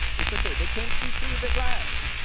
it's okay. they can't see through the glass.